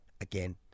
again